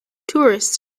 tourists